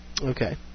Okay